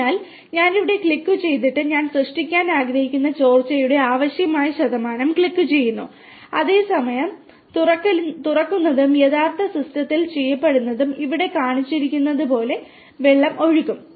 അതിനാൽ ഞാൻ ഇവിടെ ക്ലിക്കുചെയ്ത് ഞാൻ സൃഷ്ടിക്കാൻ ആഗ്രഹിക്കുന്ന ചോർച്ചയുടെ ആവശ്യമായ ശതമാനം ക്ലിക്കുചെയ്യുന്നു അതേ ശതമാനം തുറക്കുന്നതും യഥാർത്ഥ സിസ്റ്റത്തിൽ ചെയ്യപ്പെടും ഇവിടെ കാണിച്ചിരിക്കുന്നതുപോലെ വെള്ളം ഒഴുകും